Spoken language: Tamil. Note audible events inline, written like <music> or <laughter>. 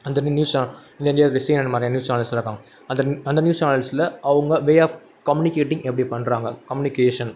அந்த நியூ நியூஸ் சேனல் இந்த மாதிரி இந்தியாவில் <unintelligible> மாதிரி நியூஸ் சேனல்ஸ்லாம் இருக்காங்க அந்த நி அந்த நியூஸ் சேனல் அவங்க வே ஆஃப் கம்யூனிகேட்டிங் எப்படி பண்ணுறாங்க கம்யூனிகேஷன்